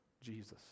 Jesus